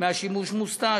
מהשימוש מוסתה.